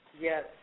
Yes